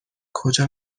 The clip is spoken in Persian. کجا